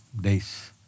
Days